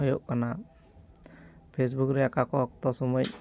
ᱦᱩᱭᱩᱜ ᱠᱟᱱᱟ ᱯᱷᱮᱥᱵᱩᱠ ᱨᱮ ᱚᱠᱟ ᱠᱚ ᱚᱠᱛᱚ ᱥᱚᱢᱚᱭ